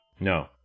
No